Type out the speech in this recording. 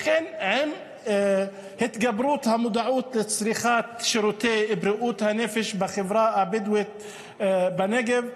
לכן עם התגברות המודעות לצריכת שירותי בריאות הנפש בחברה הבדואית בנגב,